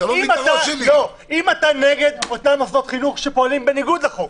אם אתה נגד אותם מוסדות חינוך שפועלים בניגוד לחוק,